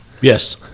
Yes